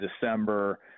December